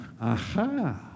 aha